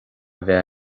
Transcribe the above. bheith